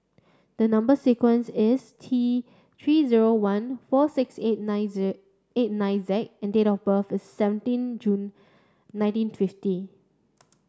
the number sequence is T three zero one four six eight nine Z eight nine Z and date of birth is seventeen June nineteen fifty